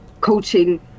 coaching